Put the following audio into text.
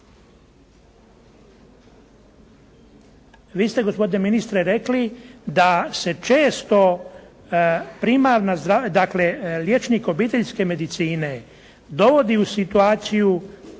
Vi ste gospodine ministre rekli da se često primarna, dakle liječnik obiteljske medicine dovodi u situaciju